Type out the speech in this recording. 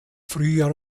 frühjahr